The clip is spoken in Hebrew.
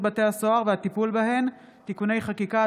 בתי הסוהר והטיפול בהן (תיקוני חקיקה),